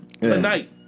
Tonight